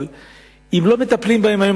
אבל אם לא מטפלים בהם היום,